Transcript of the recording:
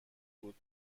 بود